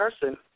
person